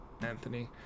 anthony